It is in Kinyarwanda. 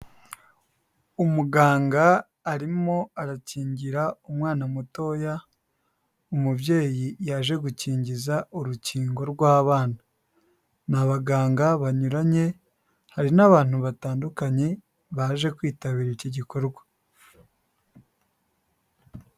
Umuganga arimo arakingira umwana mutoya, umubyeyi yaje gukingiza urukingo rw'abana. N'abaganga banyuranye, hari n'abantu batandukanye baje kwitabira icyo gikorwa.